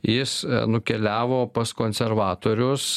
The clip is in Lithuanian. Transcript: jis nukeliavo pas konservatorius